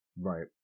Right